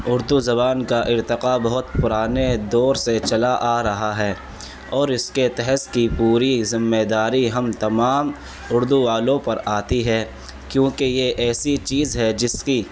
اردو زبان کا ارتقا بہت پرانے دور سے چلا آ رہا ہے اور اس کے تحظ کی پوری ذمہ داری ہم تمام اردو والوں پر آتی ہے کیونکہ یہ ایسی چیز ہے جس کی